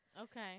Okay